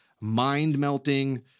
mind-melting